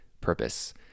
purpose